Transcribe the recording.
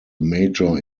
major